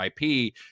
IP